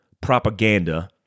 propaganda